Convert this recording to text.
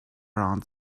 around